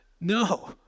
No